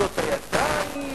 לחיצות הידיים,